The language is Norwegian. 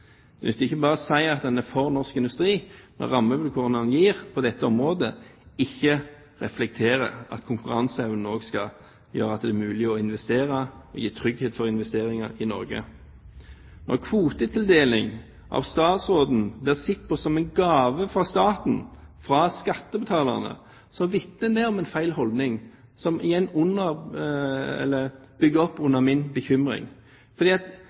Det nytter ikke bare å si at en er for norsk industri, når rammevilkårene en gir på dette området, ikke reflekterer at konkurranseevnen også skal gjøre at det er mulig å investere og gi trygghet for investeringer i Norge. Når statsråden ser på kvotetildeling som en gave fra staten, fra skattebetalerne, vitner det om en feil holdning som bygger opp under min bekymring.